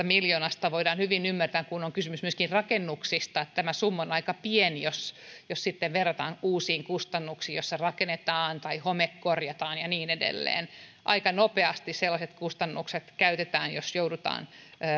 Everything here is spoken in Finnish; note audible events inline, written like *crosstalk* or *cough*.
*unintelligible* miljoonasta voidaan hyvin ymmärtää kun on kysymys myöskin rakennuksista että tämä summa on aika pieni jos jos verrataan uusiin kustannuksiin että rakennetaan tai homekorjataan ja niin edelleen aika nopeasti sellaiset kustannukset käytetään jos joudutaan